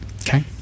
Okay